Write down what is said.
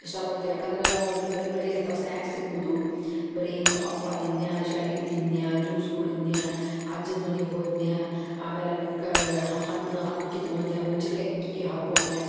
ಇಷ್ಟಪಡ್ತೀವಿ ಯಾಕಂದ್ರೆ ಓ ಆಮೇಲೆ ಬರಿ ಬರಿ ಇಂಥವು ಸ್ನಾಕ್ಸ್ ತಿನ್ನೋದು ಬರಿ ಇಂಥ ಹಪ್ಪಳ ತಿನ್ಯಾ ಸಂಡ್ಗಿ ತಿನ್ಯಾ ಜ್ಯೂಸ್ ಕುಡುದ್ನ್ಯಾ ಅಜ್ಜನ ಮನಿಗೆ ಹೋದ್ನ್ಯಾ ಆಮೇಲೆ ಅಲ್ಲಿ ಕಾ ಹಣ್ ಹಣ್ ಕಿತ್ಕೊನ್ಯ ಹುಂಚಿ ಕಾಯಿ ಕಿ ಕಿ ಹರ್ಕೊಂಡ್ನ್ಯ